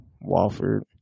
Walford